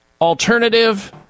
Alternative